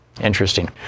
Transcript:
interesting